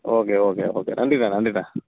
okay okay okay நன்றிண்ண நன்றிண்ண